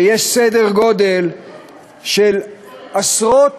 יש סדר גודל של עשרות